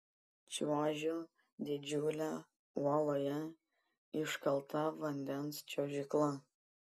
čiuošiu didžiule uoloje iškalta vandens čiuožykla